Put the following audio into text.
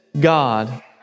God